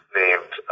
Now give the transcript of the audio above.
named